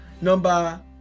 Number